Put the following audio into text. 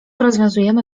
rozwiązujemy